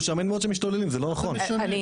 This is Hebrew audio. אין,